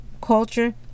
culture